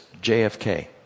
JFK